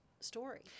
story